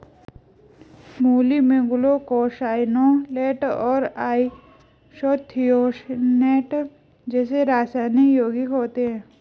मूली में ग्लूकोसाइनोलेट और आइसोथियोसाइनेट जैसे रासायनिक यौगिक होते है